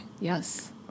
Yes